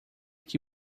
que